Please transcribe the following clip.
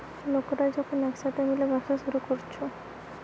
লোকরা যখন একসাথে মিলে ব্যবসা শুরু কোরছে